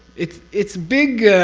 it's it's big.